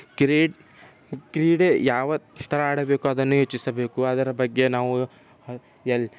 ಕ್ರಿ ಕ್ರೀಡೆ ಯಾವ ಥರ ಆಡಬೇಕು ಅದನ್ನು ಯೋಚಿಸಬೇಕು ಅದರ ಬಗ್ಗೆ ನಾವು ಎಲ್